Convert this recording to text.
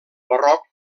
barroc